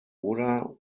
oder